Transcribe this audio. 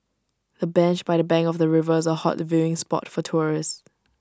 the bench by the bank of the river is A hot viewing spot for tourists